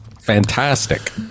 fantastic